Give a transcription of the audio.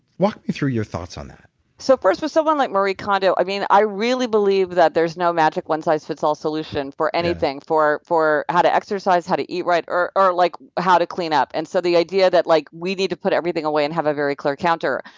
walk me through your thoughts on that so first, for someone like marie kondo, i mean, i really believe that there's no magic one-size-fits-all solution for anything, for for how to exercise, how to eat right or or like how to clean up, and so the idea that like we need to put everything away and have a very clear counter,